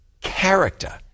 character